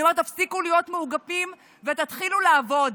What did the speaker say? אני אומרת, תפסיקו להיות מאוגפים ותתחילו לעבוד.